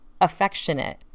Affectionate